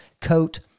coat